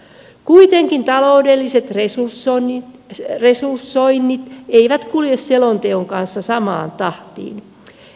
kuitenkaan taloudelliset resursoinnit eivät kulje selonteon kanssa samaan tahtiin